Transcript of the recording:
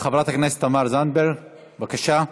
חברת הכנסת תמר זנדברג, בבקשה.